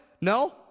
No